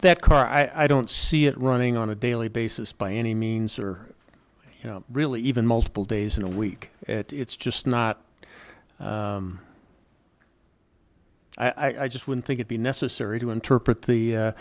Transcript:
that car i don't see it running on a daily basis by any means or you know really even multiple days in a week it's just not i just wouldn't think it be necessary to interpret the